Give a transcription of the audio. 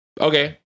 Okay